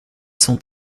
sont